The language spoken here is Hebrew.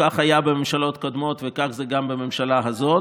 כך היה בממשלות קודמות וכך זה גם בממשלה הזאת.